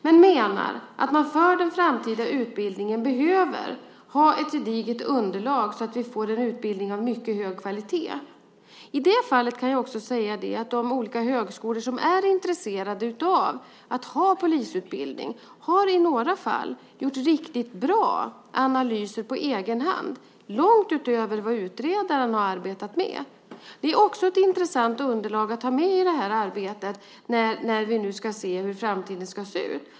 Men vi menar att man för den framtida utbildningen behöver ha ett gediget underlag så att vi får en utbildning av mycket hög kvalitet. I det fallet kan jag också säga att de olika högskolor som är intresserade av att ha polisutbildning i några fall har gjort riktigt bra analyser på egen hand, långt utöver vad utredaren har arbetat med. Det är också ett intressant underlag att ha med i det här arbetet när vi nu ska se på hur framtiden ska se ut.